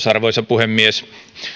arvoisa puhemies